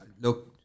look